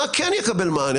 מה כן יקבל מענה?